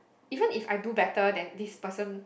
even if I do better than this person